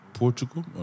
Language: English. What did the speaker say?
Portugal